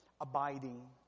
abiding